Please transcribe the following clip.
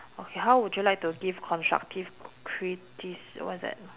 okay how would you like to give constructive critici~ what's that